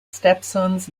stepsons